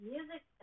Music